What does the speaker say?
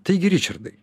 taigi ričardai